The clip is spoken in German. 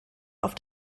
auf